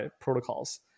protocols